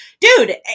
dude